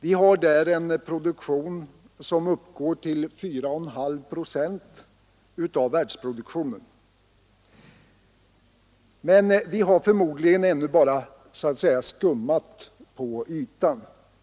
Vi har där en produktion som uppgår till 4 1/2 procent av världsproduktionen. Förmodligen har vi ännu bara skummat på ytan.